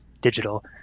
digital